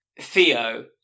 Theo